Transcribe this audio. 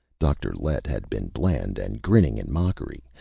dr. lett had been bland and grinning in mockery.